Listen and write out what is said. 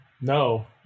no